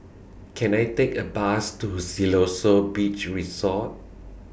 Can I Take A Bus to Siloso Beach Resort